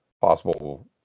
possible